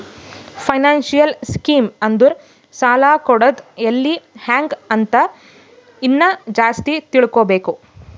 financial scheme ಅಂದುರ್ ಸಾಲ ಕೊಡದ್ ಎಲ್ಲಿ ಹ್ಯಾಂಗ್ ಅಂತ ಇನ್ನಾ ಜಾಸ್ತಿ ತಿಳ್ಕೋಬೇಕು